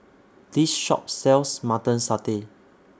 Chilli Sauce Clams Gudeg Putih and Tau Huay